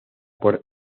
por